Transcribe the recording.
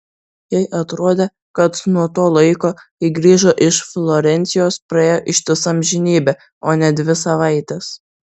jai atrodė kad nuo to laiko kai grįžo iš florencijos praėjo ištisa amžinybė o ne dvi savaitės